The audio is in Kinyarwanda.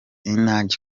energy